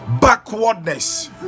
backwardness